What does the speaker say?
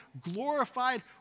glorified